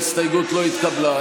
ההסתייגות לא התקבלה.